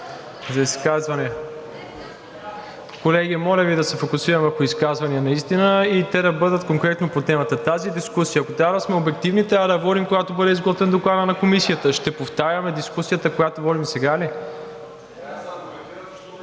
на водене.) Колеги, моля Ви да се фокусираме върху изказвания наистина и те да бъдат конкретно по темата. Тази дискусия, ако трябва да сме обективни, трябва да я водим, когато бъде изготвен докладът на Комисията. Ще повтаряме дискусията, която водим сега ли?